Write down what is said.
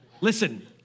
Listen